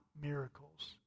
miracles